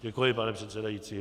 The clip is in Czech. Děkuji, pane předsedající.